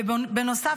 ובנוסף,